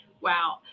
wow